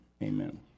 Amen